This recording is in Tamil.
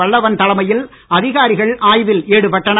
வல்லபன் தலைமையில் அதிகாரிகள் ஆய்வில் ஈடுபட்டனர்